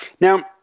Now